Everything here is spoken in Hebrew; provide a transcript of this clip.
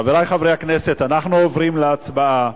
חברי חברי הכנסת, אנחנו עוברים להצבעה